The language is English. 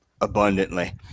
abundantly